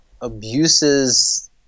abuses